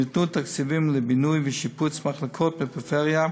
וניתנו תקציבים לבינוי ושיפוץ של מחלקות בפריפריה,